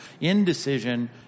Indecision